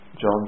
John